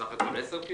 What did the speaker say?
בסך הכול עשרה סעיפים?